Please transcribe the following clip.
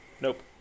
Nope